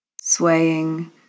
swaying